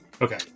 Okay